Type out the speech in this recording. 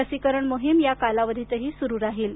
लसीकरण मोहीम या कालावधीतही सुरु राहील